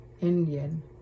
Indian